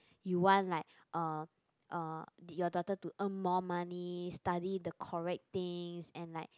you want like uh uh your daughter to earn more money study the correct things and like